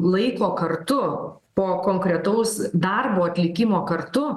laiko kartu po konkretaus darbo atlikimo kartu